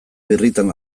birritan